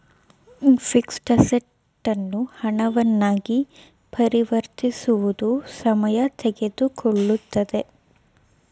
fixed assets ಅನ್ನು ಹಣವನ್ನ ಆಗಿ ಪರಿವರ್ತಿಸುವುದು ಸಮಯ ತೆಗೆದುಕೊಳ್ಳುತ್ತದೆ